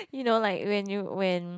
you know like when you when